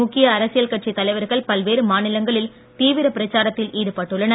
முக்கிய அரசியல் கட்சித் தலைவர்கள் பல்வேறு மாநிலங்களில் தீவிரப் பிரச்சாரத்தில் ஈடுபட்டுள்ளனர்